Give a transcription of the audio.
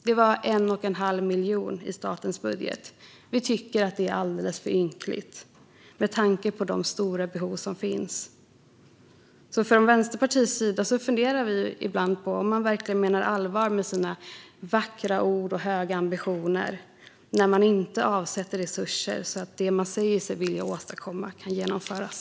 Det var på 1 1⁄2 miljon, men det tycker vi är alldeles för ynkligt med tanke på de stora behov som finns. Från Vänsterpartiets sida funderar vi ibland på om man verkligen menar allvar med sina vackra ord och höga ambitioner när man inte avsätter resurser så att det man säger sig vilja åstadkomma kan genomföras.